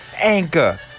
Anchor